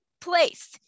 place